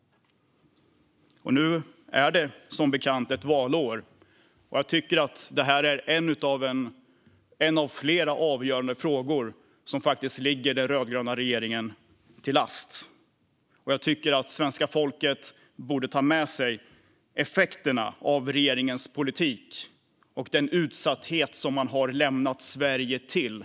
Nu är det som bekant ett valår. Jag tycker att detta är en av flera avgörande frågor som ligger den rödgröna regeringen till last. Svenska folket borde ta med sig effekterna av regeringens politik och den utsatthet som man har lämnat Sverige till.